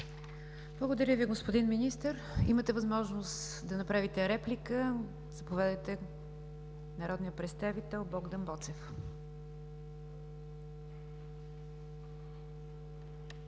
Благодаря Ви, господин Министър. Имате възможност да направите реплика. Заповядайте – народният представител Богдан Боцев.